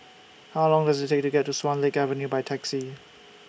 How Long Does IT Take to get to Swan Lake Avenue By Taxi